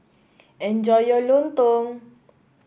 enjoy your lontong